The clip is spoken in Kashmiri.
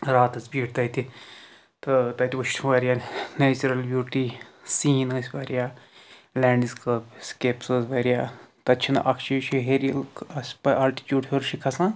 راتَس بیٖٹھ تَتہِ تہٕ تَتہِ وُچھ واریاہ نٮ۪چرَل بیوٗٹی سیٖن ٲسۍ واریاہ لینڈٕس سٕکَپ سِکیپٕس ٲسۍ واریاہ تَتہِ چھِنہٕ اَکھ شیٖشہِ ہٮ۪رِ اَسہِ پَے آلٹِچوٗڈ ہیوٚر چھِ کھسان